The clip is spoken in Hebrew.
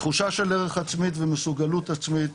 תחושה של ערך עצמית ומסוגלות עצמית,